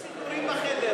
יש לי סידורים בחדר,